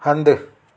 हंधि